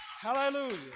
hallelujah